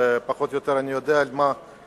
ואני יודע פחות או יותר על מה מדובר,